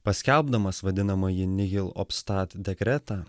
paskelbdamas vadinamąjį nihil obstat dekretą